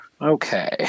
Okay